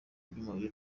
by’umubiri